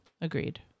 Agreed